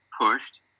pushed